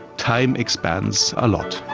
time expands a lot.